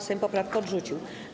Sejm poprawkę odrzucił.